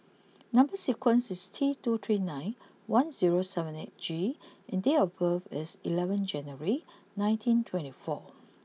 number sequence is T two three nine one zero seven eight G and date of birth is eleven January nineteen twenty four